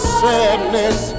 sadness